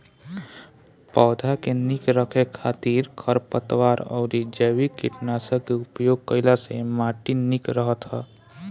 पौधा के निक रखे खातिर खरपतवार अउरी जैविक कीटनाशक के उपयोग कईला से माटी निक रहत ह